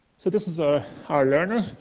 so, this is a high learner,